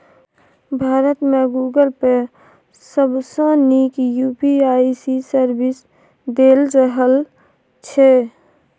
भारत मे Google Pay सबसँ नीक यु.पी.आइ सर्विस दए रहल छै